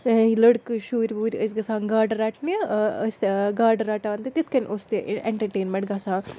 یہِ لٔڑکہٕ شُرۍ وُرۍ ٲسۍ گَژھان گاڈٕ رَٹنہِ ٲسۍ گاڈٕ رَٹان تہٕ تِتھ کٔنۍ اوس تہِ اٮ۪نٹَرٹینمٮ۪نٛٹ گژھان